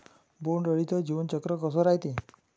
बोंड अळीचं जीवनचक्र कस रायते?